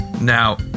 Now